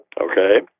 Okay